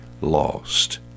lost